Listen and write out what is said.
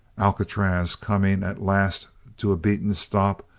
alcatraz, coming at last to a beaten stop,